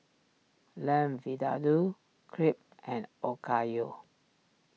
Lamb Vindaloo Crepe and Okayu